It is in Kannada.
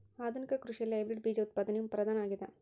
ಆಧುನಿಕ ಕೃಷಿಯಲ್ಲಿ ಹೈಬ್ರಿಡ್ ಬೇಜ ಉತ್ಪಾದನೆಯು ಪ್ರಧಾನ ಆಗ್ಯದ